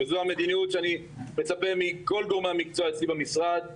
וזו המדיניות שאני מצפה מכל גורמי המקצוע אצלי במשרד.